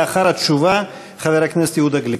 לאחר התשובה, חבר הכנסת יהודה גליק.